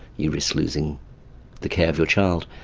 you risk losing the care of your child,